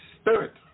Spirit